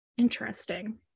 interesting